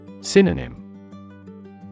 Synonym